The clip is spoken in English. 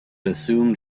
assumed